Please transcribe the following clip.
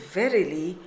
verily